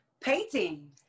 painting